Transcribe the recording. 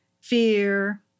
fear